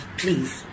please